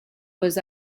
was